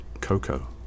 cocoa